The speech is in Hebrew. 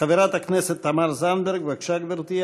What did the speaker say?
חברת הכנסת תמר זנדברג, בבקשה, גברתי.